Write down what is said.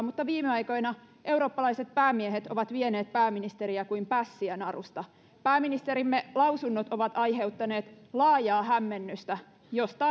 mutta viime aikoina eurooppalaiset päämiehet ovat vieneet pääministeriä kuin pässiä narusta pääministerimme lausunnot ovat aiheuttaneet laajaa hämmennystä josta